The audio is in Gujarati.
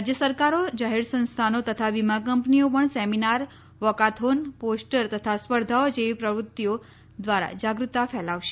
રાજ્ય સરકારો જાહેર સંસ્થાનો તથા વીમા કંપનીઓ પણ સેમિનાર વોકાથોન પોસ્ટર તથા સ્પર્ધાઓ જેવી પ્રવૃત્તિઓ દ્વારા જાગૃતતા ફેલાવશે